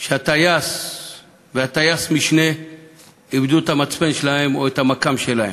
שהטייס וטייס המשנה איבדו את המצפן שלהם או את המכ"ם שלהם.